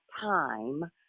time